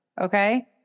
okay